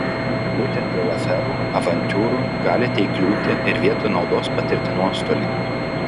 būtent dėl aferų avantiūrų galite įkliūti ir vietoj naudos patirti nuostolį